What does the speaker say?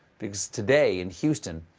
because today in houston,